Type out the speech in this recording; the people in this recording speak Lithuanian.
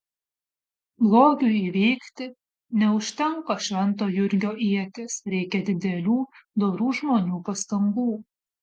blogiui įveikti neužtenka švento jurgio ieties reikia didelių dorų žmonių pastangų